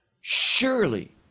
Surely